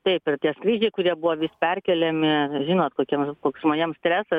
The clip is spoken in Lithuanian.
taip ir tie skrydžiai kurie buvo vis perkeliami žinot kokie koks žmonėms stresas